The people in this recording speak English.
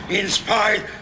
inspired